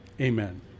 Amen